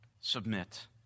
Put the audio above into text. Submit